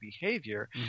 behavior